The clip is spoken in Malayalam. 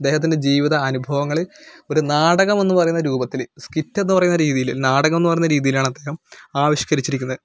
അദ്ദേഹത്തിൻ്റെ ജീവിത ആനുഭവങ്ങളിൽ ഒരു നാടകമെന്ന് പറയുന്ന രൂപത്തില് സ്കിറ്റ് എന്ന് പറയുന്ന രീതിയില് നാടകമെന്നുപറയുന്ന രീതീലാണ് അദ്ദേഹം ആവിശ്കരിച്ചിരിക്കുന്നത്